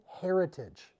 heritage